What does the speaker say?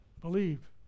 Believe